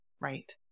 Right